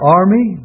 army